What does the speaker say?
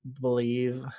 believe